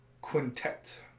Quintet